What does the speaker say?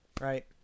right